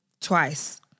twice